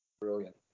Brilliant